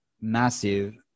Massive